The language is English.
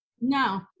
no